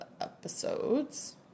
episodes